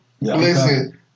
Listen